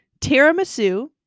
Tiramisu